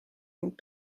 ning